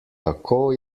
tako